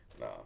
No